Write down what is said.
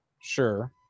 Sure